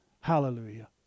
Hallelujah